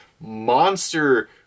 monster